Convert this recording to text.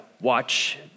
watch